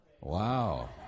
Wow